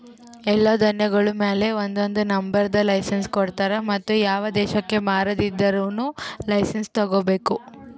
ಎಲ್ಲಾ ಧಾನ್ಯಗೊಳ್ ಮ್ಯಾಲ ಒಂದೊಂದು ನಂಬರದ್ ಲೈಸೆನ್ಸ್ ಕೊಡ್ತಾರ್ ಮತ್ತ ಯಾವ ದೇಶಕ್ ಮಾರಾದಿದ್ದರೂನು ಲೈಸೆನ್ಸ್ ತೋಗೊಬೇಕು